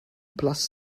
plus